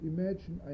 Imagine